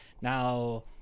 Now